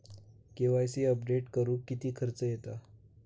KYC update करुक किती खर्च येता?